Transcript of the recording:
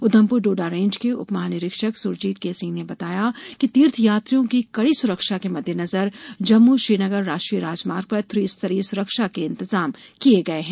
Udhampur Doda range के उप महानिरीक्षक सुरजीत के सिंह ने बताया कि तीर्थयात्रियों की कड़ी सुरक्षा के मददेनजर जम्मू श्रीनगर राष्ट्रीय राजमार्ग पर त्री स्तरीय सुरक्षा के इंतजाम किये गये हैं